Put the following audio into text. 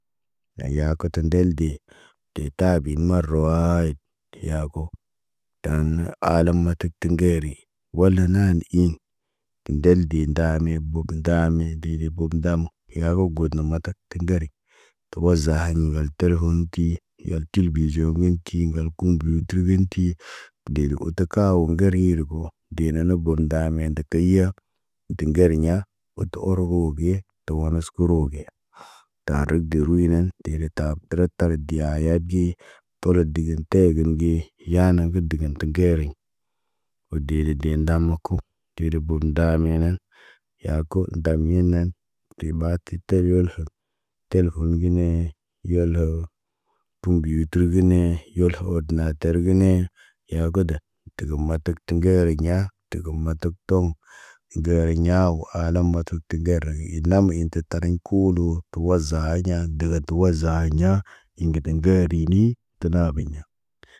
Nayakətə ndelde. De taabi marawaayit yako. Daan na alam na təktə ŋgeri, wola naani iɲ. Tindel dee na bobna, ndaani dee di bob ndamo, yaago gə got na matak tə ŋgeri. Tə wozahiɲ ŋgal telefoŋg ti, yeltibi zegon ti ŋgal kombiyotir gə ti. Dee de oto kaa ŋgerii lebo. Dee dena bob ndaame nde keya. Teŋgeri ɲa, oto oro wobey, tu womos kuru ge. Aa tu kə gerimen, te be taab tərataab deya yabi. Tɔlob digin tɔ gini ge, yaa nə gə digin tə geri. Wo dee de ndamə ku, cele bob ndaamenen, yaaku ndamenen. Ti ɓati tolol wo, tol wo ŋginee, yolho. Tu mbi tulginee, yolho ho na tergine. Yakuda, tumum matak, ti ŋgeriɲa, təgəm matak koŋg. I ŋgeriɲa wo ahlam matuk, ti ŋgeri i ina mə in tək tariɲ kulu tə waza hiɲa dega tu waza hiɲa. In giteŋgeri ni, tə ɓaaɓiɲa.